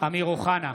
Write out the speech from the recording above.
אמיר אוחנה,